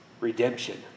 redemption